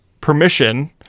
permission